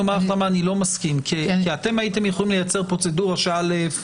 כי אתם הייתם יכולים לייצר פרוצדורה שאל"ף,